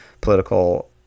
political